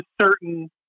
certain